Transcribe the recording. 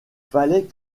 fallait